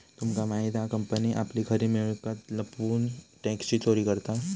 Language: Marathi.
तुमका माहित हा कंपनी आपली खरी मिळकत लपवून टॅक्सची चोरी करता